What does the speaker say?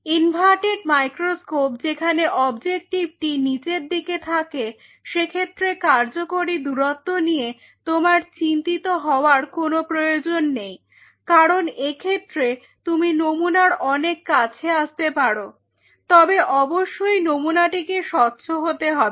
inverted microscope যেখানে অবজেক্টিভটি নিচের দিকে থাকে সেক্ষেত্রে কার্যকারী দূরত্ব নিয়ে তোমার চিন্তিত হবার কোন প্রয়োজন নেই কারণ এক্ষেত্রে তুমি নমুনার অনেক কাছে আসতে পারো তবে অবশ্যই নমুনা টিকে স্বচ্ছ হতে হবে